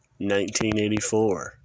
1984